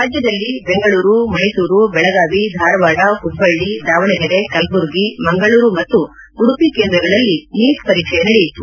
ರಾಜ್ಯದಲ್ಲಿ ಬೆಂಗಳೂರು ಮೈಸೂರು ಬೆಳಗಾವಿ ಧಾರಾವಾಡ ಹುಬ್ಬಳ್ಳಿ ದಾವಣಗೆರೆ ಕಲ್ಲುರ್ಗಿ ಮಂಗಳೂರು ಮತ್ತು ಉಡುಪಿ ಕೇಂದ್ರಗಳಲ್ಲಿ ನೀಟ್ ಪರೀಕ್ಸೆ ನಡೆಯಿತು